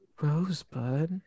rosebud